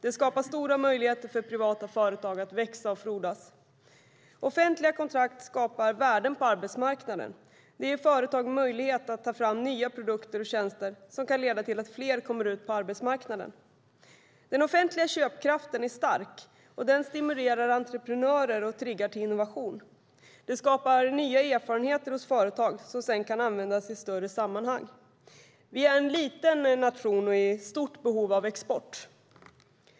Det skapar stora möjligheter för privata företag att växa och frodas. Offentliga kontrakt skapar värden på arbetsmarknaden och ger företag möjlighet att ta fram nya produkter och tjänster som kan leda till att fler kommer ut på arbetsmarknaden. Den offentliga köpkraften är stark och stimulerar entreprenörer och triggar till innovation. Det skapar nya erfarenheter hos företag som sedan kan användas i större sammanhang. Vi är en liten nation med ett stort behov av export.